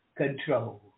Control